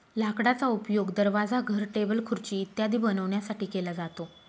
लाकडाचा उपयोग दरवाजा, घर, टेबल, खुर्ची इत्यादी बनवण्यासाठी केला जातो